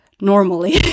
normally